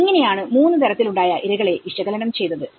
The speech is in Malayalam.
ഇങ്ങനെയാണ് മൂന്നു തരത്തിൽ ഉണ്ടായ ഇരകളെ വിശകലനം ചെയ്തത്